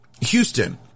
Houston